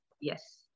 Yes